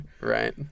Right